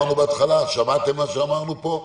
שמעתם מה שאמרנו פה.